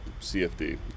CFD